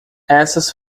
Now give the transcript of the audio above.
essas